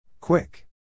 quick